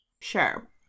sure